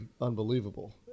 unbelievable